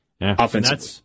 Offensively